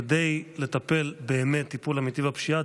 כדי לטפל טיפול אמיתי בפשיעה,